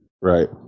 right